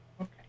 okay